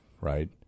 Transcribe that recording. right